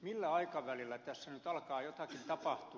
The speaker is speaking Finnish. millä aikavälillä tässä nyt alkaa jotakin tapahtua